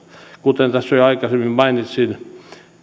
kuten tässä jo aikaisemmin mainitsin